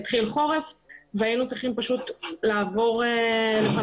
התחיל חורף והיינו צריכים פשוט לפנות את